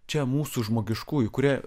čia mūsų žmogiškųjų kurie